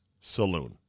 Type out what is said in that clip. saloon